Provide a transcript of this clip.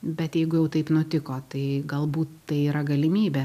bet jeigu jau taip nutiko tai galbūt tai yra galimybė